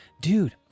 Dude